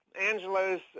Angelo's